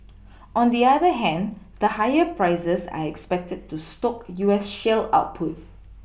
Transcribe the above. on the other hand the higher prices are expected to stoke U S shale output